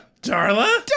Darla